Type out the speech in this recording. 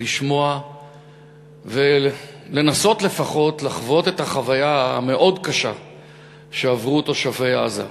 לשמוע ולנסות לפחות לחוות את החוויה המאוד-קשה שעברו תושבי עזה.